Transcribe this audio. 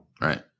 Right